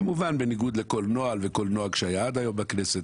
כמובן בניגוד לכל נוהל וכל נוהג שהיה עד היום בכנסת,